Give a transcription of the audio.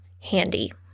handy